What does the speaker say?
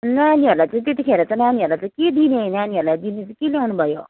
नानीहरूलाई चाहिँ त्यतिखेर चाहिँ नानीहरूलाई के दिने नानीहरूलाई दिने चाहिँ के ल्याउनुभयो